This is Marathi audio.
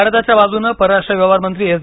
भारताच्या बाजूनं परराष्ट्र व्यवहार मंत्री एस